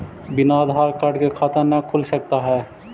बिना आधार कार्ड के खाता न खुल सकता है?